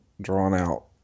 drawn-out